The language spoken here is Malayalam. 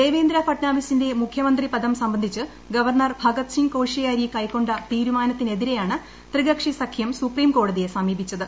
ദേവേന്ദ്ര ഫട്നവിസിന്റെ മുഖ്യമന്ത്രി പദം സംബന്ധിച്ച് ഗവർണർ ഭഗത്സിങ് കോഷിയാരി കൈക്കൊ തീരുമാനത്തിനെതിരെയാണ് ത്രികക്ഷി സഖ്യം സുപ്രീം കോടതിയെ സമീപിച്ചത്